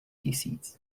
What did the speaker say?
tisíc